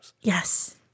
Yes